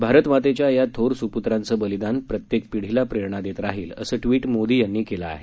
भारतमातेच्या या थोर सुपूत्रांचं बलिदान प्रत्येक पिढीला प्रेरणा देत राहील असं ट्विट मोदी यांनी केलं आहे